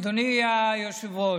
אדוני היושב-ראש,